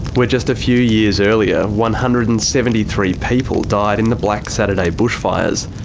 where just a few years earlier, one hundred and seventy three people died in the black saturday bushfires.